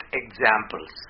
examples